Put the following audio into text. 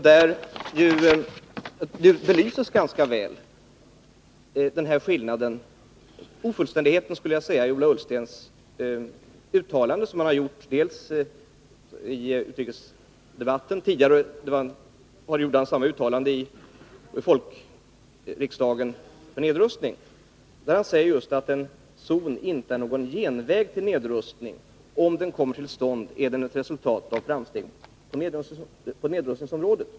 Där belyses ju ganska väl den här skillnaden — ofullständigheten, skulle jag vilja säga — i Ola Ullstens uttalande i utrikesdebatten tidigare. Han har gjort samma uttalande i folkriksdagen för nedrustning. Han säger att en zon inte är någon genväg till nedrustning. Om zonen kommer till stånd är det ett resultat av framsteg på nedrustningsområdet.